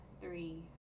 three